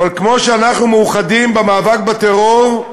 אבל כמו שאנחנו מאוחדים במאבק בטרור,